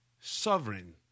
Sovereign